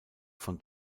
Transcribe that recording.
von